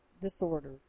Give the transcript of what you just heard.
disorder